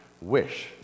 wish